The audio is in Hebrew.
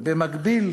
במקביל,